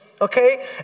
Okay